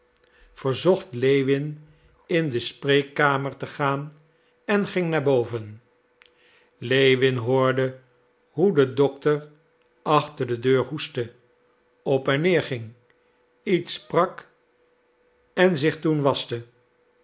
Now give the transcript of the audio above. verzocht lewin in de spreekkamer te gaan en ging naar boven lewin hoorde hoe de dokter achter de deur hoestte op en neer ging iets sprak en zich toen